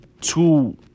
two